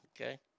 Okay